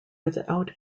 without